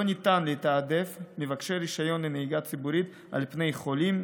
לא ניתן לתעדף מבקשי רישיון לנהיגה ציבורית על פני חולים,